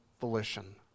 volition